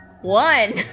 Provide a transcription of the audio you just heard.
One